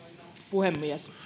puhemies